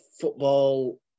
football